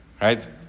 right